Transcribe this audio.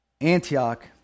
Antioch